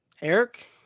Eric